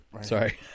Sorry